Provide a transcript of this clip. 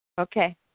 Okay